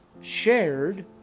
shared